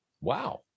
Wow